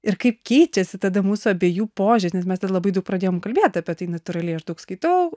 ir kaip keičiasi tada mūsų abiejų požiūris nes mes ten labai daug pradėjom kalbėt apie tai natūraliai aš daug skaitau